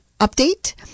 update